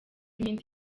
iminsi